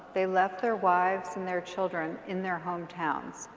they left their wives and their children in their home towns.